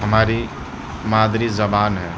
ہماری مادری زبان ہے